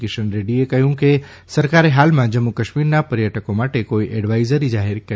કિશન રેડ્ડીએ કહ્યું કે સરકારે હાલમાં જમ્મુ કાશ્મીરના પર્યટકો માટે કોઇ એડવાઇઝરી જાહેર નથી કરી